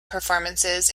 performances